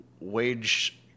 wage